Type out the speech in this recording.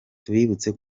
tubibutse